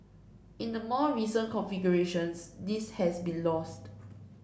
in the more recent configurations this has been lost